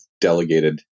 delegated